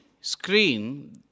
screen